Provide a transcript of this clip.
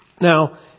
Now